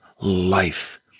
Life